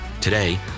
Today